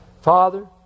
Father